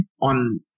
on